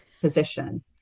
position